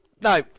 no